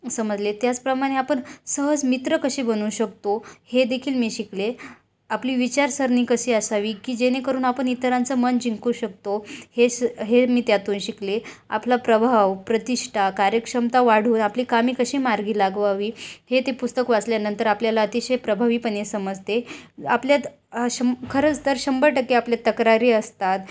समजले त्याचप्रमाणे आपण सहज मित्र कसे बनवू शकतो हे देखील मी शिकले आपली विचारसरणी कशी असावी की जेणेकरून आपण इतरांचं मन जिंकू शकतो हे स हे मी त्यातून शिकले आपला प्रभाव प्रतिष्ठा कार्यक्षमता वाढून आपली कामे कशी मार्गी लावावी हे ते पुस्तक वाचल्यानंतर आपल्याला अतिशय प्रभावीपणे समजते आपल्यात शं खरंच तर शंभर टक्के आपल्या तक्रारी असतात